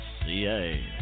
Ca